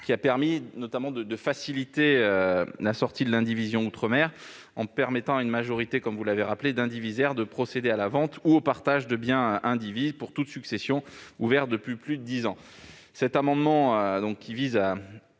qui a notamment permis de faciliter la sortie de l'indivision outre-mer, en permettant à une majorité d'indivisaires- vous l'avez rappelé -de procéder à la vente ou au partage de biens indivis pour toute succession ouverte depuis plus de dix ans. Cet amendement, qui vise à